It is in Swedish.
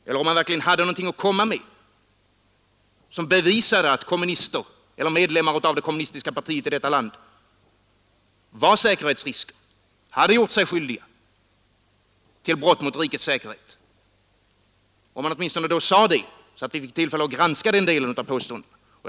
Eller om han verkligen hade någonting att komma med som bevisade att medlemmar av det kommunistiska partiet i detta land var säkerhetsrisker och hade gjort sig skyldiga till brott mot rikets säkerhet, då borde han också tala om det, så att vi fick tillfälle att granska den delen av påståendena!